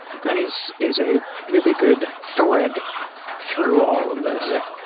ok. is is a really good thread through all of this yeah.